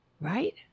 right